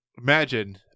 imagine